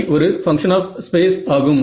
I ஒரு function of space ஆகும்